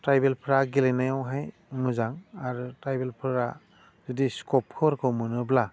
ट्राइबेलफ्रा गेलेनायावहाय मोजां आरो ट्राइबेलफोरा जुदि स्कपफोरखौ मोनोब्ला